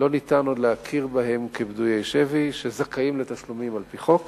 לא ניתן עוד להכיר בהם כפדויי שבי שזכאים לתשלומים על-פי חוק,